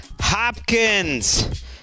Hopkins